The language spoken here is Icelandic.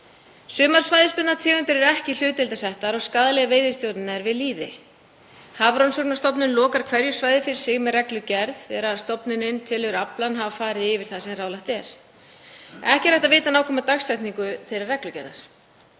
Sumar svæðisbundnar tegundir eru ekki hlutdeildarsettar og skaðleg veiðistjórn er við lýði. Hafrannsóknastofnun lokar hverju svæði fyrir sig með reglugerð þegar stofnunin telur aflann hafa farið yfir það sem ráðlagt er. Ekki er hægt að vita nákvæma dagsetningu þeirrar reglugerðar.